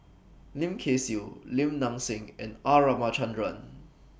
Lim Kay Siu Lim Nang Seng and R Ramachandran